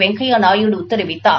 வெங்கைய நாயுடு தெரிவித்தார்